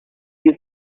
you